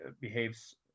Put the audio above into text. behaves